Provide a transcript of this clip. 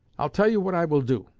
i'll tell you what i will do.